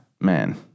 man